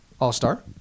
All-Star